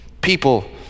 people